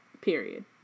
Period